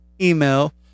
email